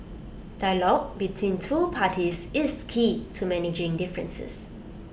dialogue between two parties is key to managing differences